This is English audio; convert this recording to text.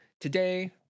Today